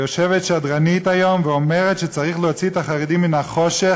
יושבת שדרנית היום ואומרת שצריך להוציא את החרדים מן החושך.